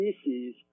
species